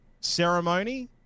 ceremony